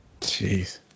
jeez